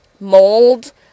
mold